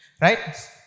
Right